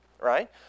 right